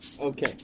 Okay